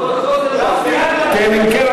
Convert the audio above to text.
אם כן,